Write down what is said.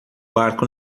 barco